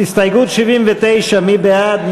הסתייגות 79, מי בעד?